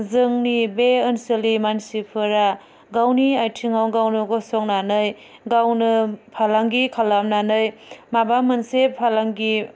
जोंनि बे ओनसोलनि मानसिफोरा गावनि आयथिङाव गावनो गसंनानै गावनो फालांगि खालामनानै माबा मोनसे फालांगि